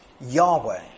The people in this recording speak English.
Yahweh